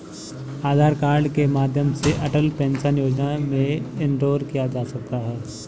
आधार card के माध्यम से अटल पेंशन योजना में इनरोल किया जा सकता है